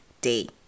Day